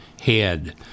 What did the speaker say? head